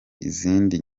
izindi